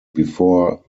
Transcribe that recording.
before